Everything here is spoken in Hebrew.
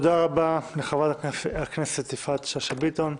תודה רבה לחברת הכנסת יפעת שאשא ביטון.